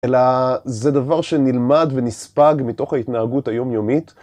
אלא זה דבר שנלמד ונספג מתוך ההתנהגות היומיומית.